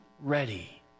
ready